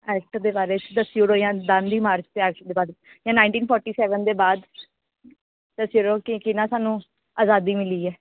act दे बारे च दस्सी ओड़ो जां दांडी मार्च दे बारे च जां नाइनटीन फोर्टी सेवन दे बाद दस्सी ओड़ो कि कि'यां सानूं अज़ादी मिली ऐ